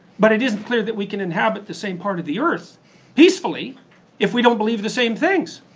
but it isn't clear that we can inhabit the same part of the earth peacefully if we don't believe the same things.